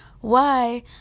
why-